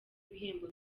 ibihembo